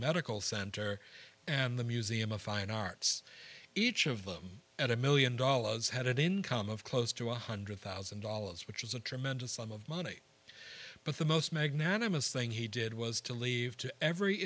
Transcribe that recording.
medical center and the museum of fine arts each of them at a one million dollars had an income of close to one hundred thousand dollars which is a tremendous some of money but the most magnanimous thing he did was to leave to every